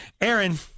Aaron